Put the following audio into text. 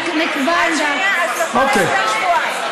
שנייה, אז לכל היותר שבועיים.